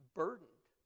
burdened